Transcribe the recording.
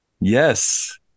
Yes